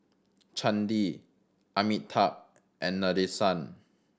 Chandi Amitabh and Nadesan